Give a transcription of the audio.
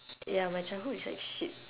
ya my childhood is like shit